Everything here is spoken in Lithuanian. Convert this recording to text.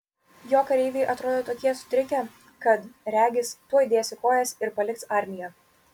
jo kareiviai atrodė tokie sutrikę kad regis tuoj dės į kojas ir paliks armiją